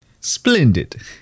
Splendid